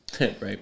right